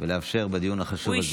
ולאפשר את הדיון החשוב הזה.